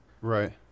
Right